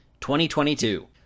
2022